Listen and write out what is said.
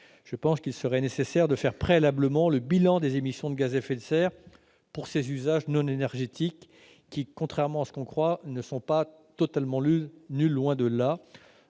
bioplastiques, il serait nécessaire de faire préalablement le bilan des émissions de gaz à effet de serre pour ces usages non énergétiques, qui, contrairement à ce qu'on croit, ne sont pas totalement nulles, loin de là.